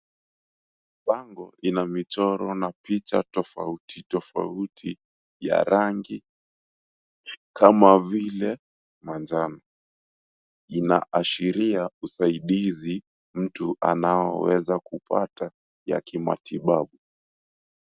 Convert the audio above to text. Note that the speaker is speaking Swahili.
Bango ina michoro na picha tofauti tofauti ya rangi kama vile manjano. Inaashiria usaidizi mtu anaoweza kupata ya kimatibabu.